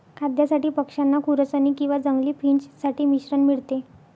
खाद्यासाठी पक्षांना खुरसनी किंवा जंगली फिंच साठी मिश्रण मिळते